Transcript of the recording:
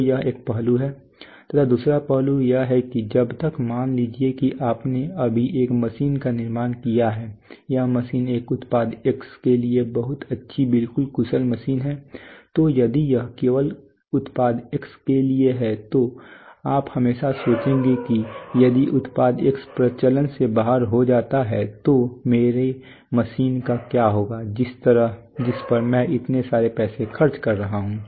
तो यह एक पहलू है तथा दूसरा पहलू यह है कि जब तक मान लीजिए कि आपने अभी एक मशीन का निर्माण किया है यह मशीन एक उत्पाद X के लिए बहुत अच्छी बिल्कुल कुशल मशीन है तो यदि यह केवल उत्पाद एक्स के लिए है तो आप हमेशा सोचेंगे कि यदि उत्पाद X प्रचलन से बाहर हो जाता है तो मेरी मशीन का क्या होगा जिस पर मैं इतने सारे पैसे खर्च कर रहा हूं